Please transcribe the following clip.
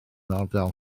ardal